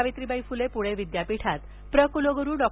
सावित्रीबाई फ्ले प्णे विद्यापीठात प्र कलग्रु डॉ